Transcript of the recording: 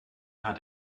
had